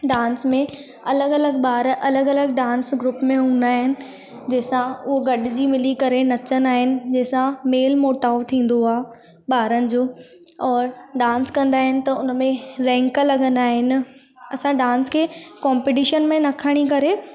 dance में अलॻि अलॻि ॿार अलॻि अलॻि डांस ग्रूप में हूंदा आहिनि जंहिंसां उहो गॾिजी मिली करे नचंदा आहिनि जंहिंसां मेल मुटाव थींदो आहे ॿारनि जो और डांस कंदा आहिनि त उन में रैंक लॻंदा आहिनि असां डांस खे कोम्पटिशन में न खणी करे